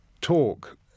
talk